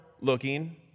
looking